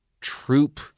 troop